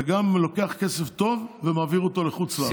וגם לוקח כסף טוב ומעביר אותו לחו"ל.